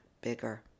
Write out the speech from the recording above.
bigger